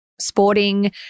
sporting